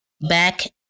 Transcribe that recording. back